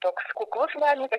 toks kuklus menininkas